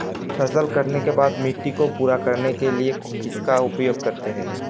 फसल काटने के बाद मिट्टी को पूरा करने के लिए किसका उपयोग करते हैं?